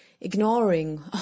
ignoring